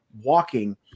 walking